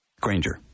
Granger